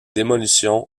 démolition